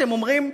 אתם אומרים: